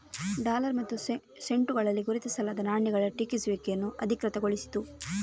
dollar ಮತ್ತು ಸೆಂಟುಗಳಲ್ಲಿ ಗುರುತಿಸಲಾದ ನಾಣ್ಯಗಳ ಟಂಕಿಸುವಿಕೆಯನ್ನು ಅಧಿಕೃತಗೊಳಿಸಿತು